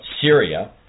Syria